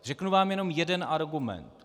Řeknu vám jenom jeden argument.